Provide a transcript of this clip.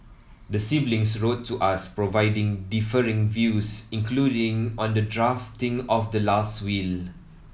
the siblings wrote to us providing differing views including on the drafting of the last will